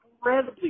incredibly